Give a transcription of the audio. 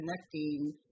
connecting